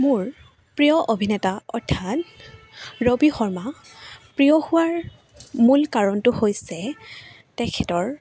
মোৰ প্ৰিয় অভিনেতা অৰ্থাৎ ৰবি শৰ্মা প্ৰিয় হোৱাৰ মূল কাৰণটো হৈছে তেখেতৰ